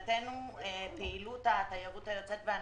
פעילות התיירות היוצאת והנכנסת,